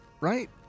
right